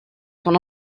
son